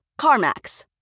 CarMax